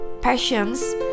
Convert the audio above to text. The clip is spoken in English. passions